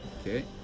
Okay